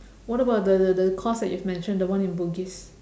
what about the the the course that you've mentioned the one in bugis